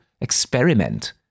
Experiment